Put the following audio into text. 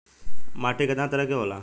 माटी केतना तरह के होला?